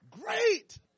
Great